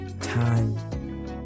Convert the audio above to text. time